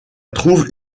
trouve